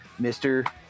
Mr